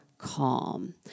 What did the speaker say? calm